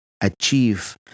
achieve